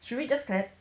should we just clap